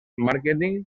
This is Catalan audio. màrqueting